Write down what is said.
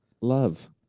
Love